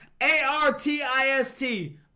A-R-T-I-S-T